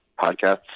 podcasts